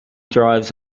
drives